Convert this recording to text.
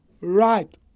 right